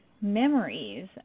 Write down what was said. memories